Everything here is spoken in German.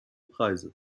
preise